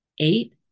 Eight